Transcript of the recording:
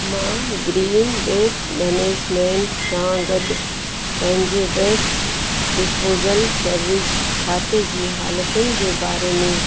मां green waste management सां गॾु पंहिंजे वेस्ट डिस्पोजल सर्विस खाते जी हालतुनि जे बारे में